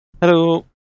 Hello